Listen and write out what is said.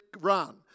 run